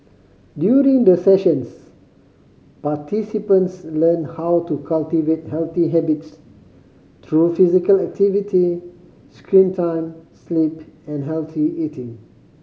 during the sessions participants learn how to cultivate healthy habits through physical activity screen time sleep and healthy eating